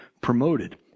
promoted